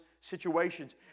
situations